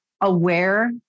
aware